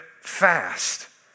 fast